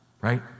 right